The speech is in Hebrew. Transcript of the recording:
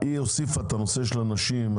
היא הוסיפה את הנושא של הנשים.